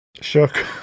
Shook